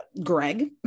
Greg